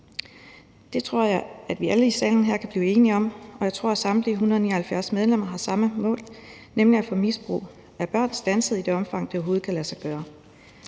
Det tror jeg vi alle her i salen kan blive enige om, og jeg tror, at samtlige 179 medlemmer har samme mål, nemlig at få misbrug af børn standset i det omfang, det overhovedet kan lade sig gøre.